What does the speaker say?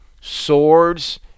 swords